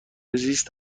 زیست